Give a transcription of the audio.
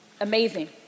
Amazing